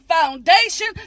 foundation